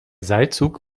seilzug